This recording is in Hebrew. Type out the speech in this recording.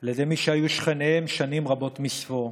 על ידי מי שהיו שכניהם שנים רבות מספור.